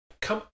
come